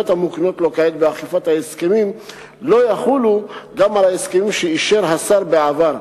המוקנות לו כעת באכיפת ההסכמים לא יחולו גם על הסכמים שאישר בעבר.